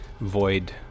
void